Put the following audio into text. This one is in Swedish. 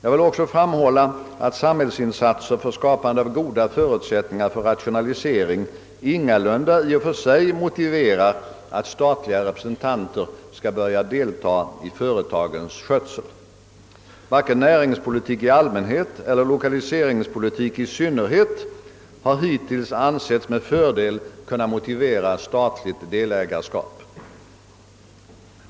Jag vill också framhålla att samhällsinsatser för skapande av goda förutsättningar för rationalisering ingalunda i och för sig motiverar att statliga representanter skall börja delta i företagens skötsel. Varken näringspolitik i allmänhet eller lokaliseringspolitik i synnerhet har hittills ansetts med fördel kunna motivera statligt delägarskap.